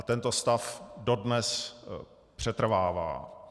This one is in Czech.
Tento stav dodnes přetrvává.